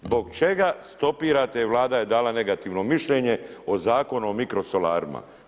Zbog čega stopirate, Vlada je dala negativno mišljenje o zakonu o mikrosolarima?